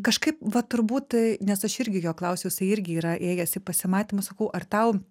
kažkaip va turbūt nes aš irgi jo klausiau jisai irgi yra ėjęs į pasimatymus sakau ar tau